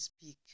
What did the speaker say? speak